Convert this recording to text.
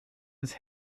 des